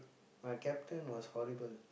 my captain was horrible